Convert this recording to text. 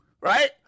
right